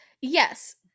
Yes